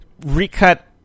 recut